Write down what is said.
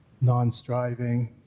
non-striving